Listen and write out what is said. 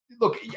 Look